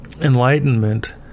enlightenment